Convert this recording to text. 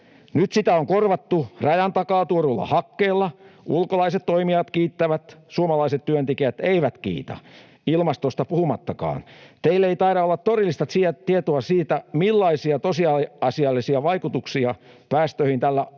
Nyt sitä on korvattu rajan takaa tuodulla hakkeella. Ulkolaiset toimijat kiittävät, suomalaiset työntekijät eivät kiitä, ilmastosta puhumattakaan. Teillä ei taida olla todellista tietoa siitä, millaisia tosiasiallisia vaikutuksia päästöihin tällä